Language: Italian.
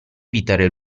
evitare